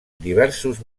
diversos